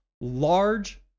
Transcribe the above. large